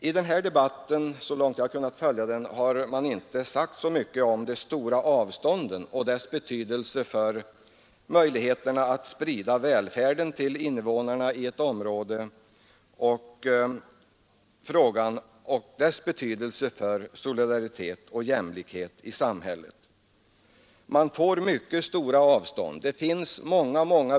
I den här debatten har, så långt jag har kunnat följa den, inte sagts så mycket om de stora avstånden, deras betydelse för förutsättningarna att sprida välfärden till invånarna och deras betydelse för att åstadkomma solidaritet och jämlikhet inom en kommun. Man får i fallet Dorotea— Åsele mycket stora avstånd.